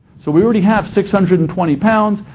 so we already have six hundred and twenty pounds.